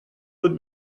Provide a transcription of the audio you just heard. would